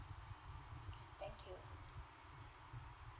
thank you